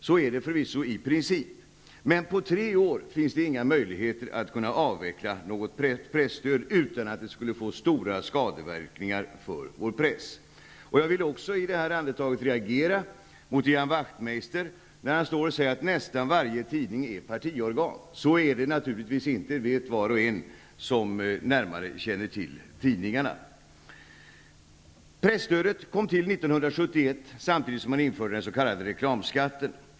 Så är det förvisso i princip, men på tre år finns det inga möjligheter att avveckla något presstöd utan att det skulle få stora skadeverkningar för vår press. Jag vill också i det här andetaget reagera mot Ian Wachtmeister, när han säger att nästan varje tidning är partiorgan. Så är det naturligtvis inte, det vet var och en som närmare känner till tidningarna. Presstödet kom till 1971, samtidigt som man införde den s.k. reklamskatten.